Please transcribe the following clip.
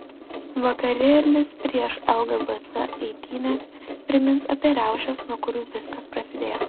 vakarėlis prieš lgbt eitynes primins apie riaušes nuo kurių viskas prasidėjo